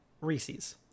Reese's